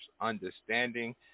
understanding